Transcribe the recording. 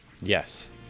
Yes